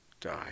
die